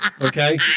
Okay